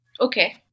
okay